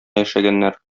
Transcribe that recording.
яшәгәннәр